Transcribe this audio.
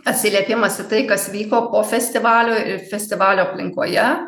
atsiliepimas į tai kas vyko po festivalio ir festivalio aplinkoje